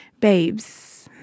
Babes